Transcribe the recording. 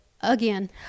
Again